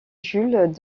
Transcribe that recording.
jules